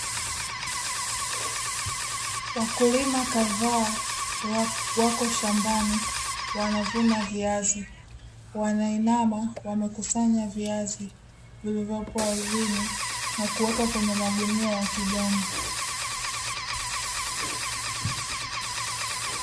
Wakulima kadhaa wako shambani wanavuna viazi, wanainama wanakusanya viazi vilivyopo ardhini na kuweka kwenye magunia ya kijani.